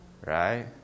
Right